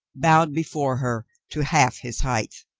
bowed before her to half his height.